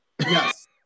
Yes